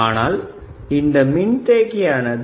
ஆனால் இந்த மின்தேக்கி ஆனது